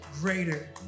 greater